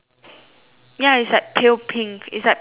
ya is like pale pink is peachy pink